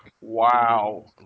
wow